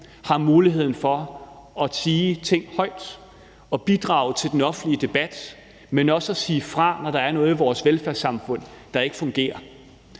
har muligheden for at sige ting højt og bidrage til den offentlige debat, men også sige fra, når der er noget i vores velfærdssamfund, der ikke fungerer.